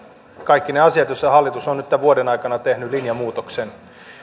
kaikki ne asiat joissa hallitus on nyt tämän vuoden aikana tehnyt linjamuutoksen